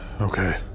Okay